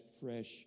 fresh